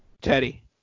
Teddy